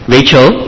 Rachel